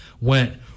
went